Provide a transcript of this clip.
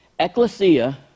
Ecclesia